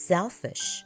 Selfish